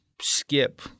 skip